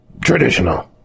traditional